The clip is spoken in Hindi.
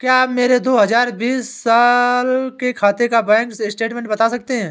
क्या आप मेरे दो हजार बीस साल के खाते का बैंक स्टेटमेंट बता सकते हैं?